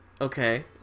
Okay